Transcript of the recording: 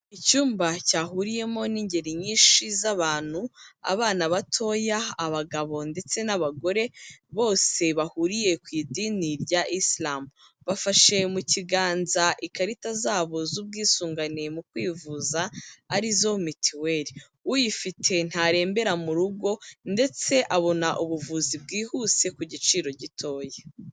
Icyumba cyahuriyemo n'ingeri nyinshi z'abantu, abana batoya, abagabo ndetse n'abagore, bose bahuriye ku idini rya Isilamu. Bafashe mu kiganza ikarita zabo z'ubwisungane mu kwivuza ari zo mituweli. Uyifite ntarembera mu rugo ndetse abona ubuvuzi bwihuse ku giciro gitoya.